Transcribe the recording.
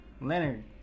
Leonard